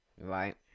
Right